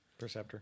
Perceptor